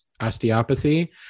osteopathy